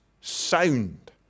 sound